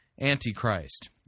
antichrist